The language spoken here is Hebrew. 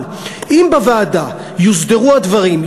אבל אם בוועדה יוסדרו הדברים,